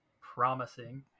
promising